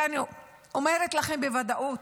ואני אומרת לכם בוודאות: